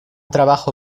trabajo